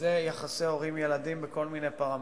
יחסי הורים ילדים בכל מיני פרמטרים,